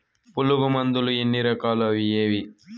పులుగు మందులు ఎన్ని రకాలు అవి ఏవి?